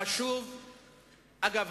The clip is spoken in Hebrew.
אגב,